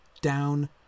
down